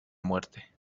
muerte